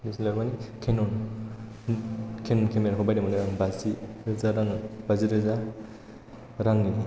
D S L R माने केन'न केन'न केमेरा खौ बायदोंमोन आरो आं बाजिरोजा रांनि